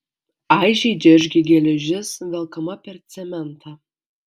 aižiai džeržgė geležis velkama per cementą